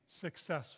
successful